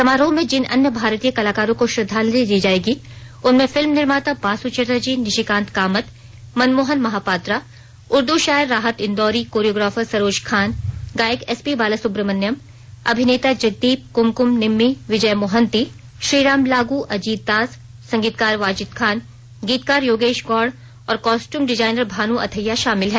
समारोह में जिन अन्य भारतीय कलाकारों को श्रद्धांजलि दी जायेगी उनमें फिल्म निर्माता बासु चटर्जी निशिकांत कामत मनमोहन महापात्रा उर्दू शायर राहत इंदौरी कोरियोग्राफर सरोज खान गायक एस पी बालासुब्रमण्याम अभिनेता जगदीप क्मक्म निम्मीय विजय मोहन्ती श्रीराम लाग अजित दास संगीतकार वाजिद खान गीतकार योगेश गौड और कॉस्ट्यूम डिजाइनर भानु अथैया शामिल है